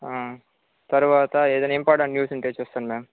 తరువాత ఏదన్న important news ఉంటే చూస్తాను మ్యామ్